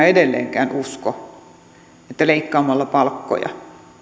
edelleenkään usko että leikkaamalla palkkoja